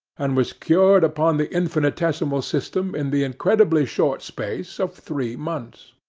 and was cured upon the infinitesimal system in the incredibly short space of three months.